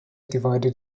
divided